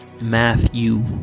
matthew